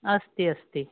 अस्ति अस्ति